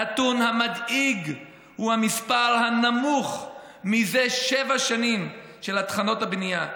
הנתון המדאיג הוא המספר הנמוך מזה שבע שנים של התחלות הבנייה.